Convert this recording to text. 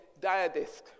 diadisk